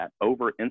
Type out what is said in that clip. over